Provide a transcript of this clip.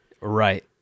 right